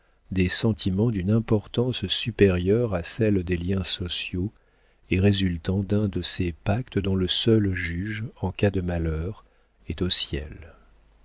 des sentiments d'une importance supérieure à celle des liens sociaux et résultant d'un de ces pactes dont le seul juge en cas de malheur est au ciel